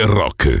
rock